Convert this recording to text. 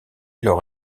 leur